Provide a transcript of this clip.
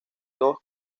dos